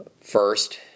First